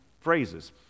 phrases